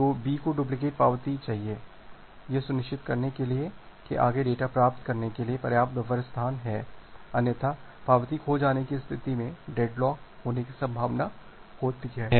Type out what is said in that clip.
तो B को duplicate पावती भेजनी चाहिए यह सुनिश्चित करने के लिए कि आगे डेटा प्राप्त करने के लिए पर्याप्त बफर स्थान है अन्यथा पावती खो जाने की स्थिति में डेडलॉक होने की संभावना है